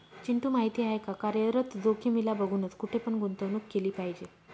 चिंटू माहिती आहे का? कार्यरत जोखीमीला बघूनच, कुठे पण गुंतवणूक केली पाहिजे